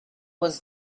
was